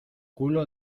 culo